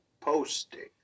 posting